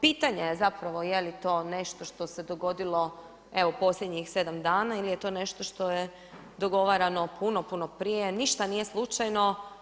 Bitanje je zapravo je li to nešto što se dogodilo evo u posljednjih 7 dana ili je to nešto što je dogovarano puno, puno prije, ništa nije slučajno.